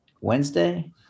Wednesday